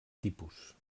tipus